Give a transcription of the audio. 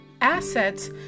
assets